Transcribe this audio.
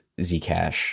Zcash